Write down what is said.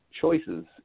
choices